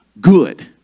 good